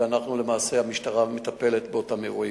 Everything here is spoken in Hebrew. ולמעשה המשטרה מטפלת באותם אירועים.